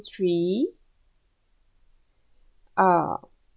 three uh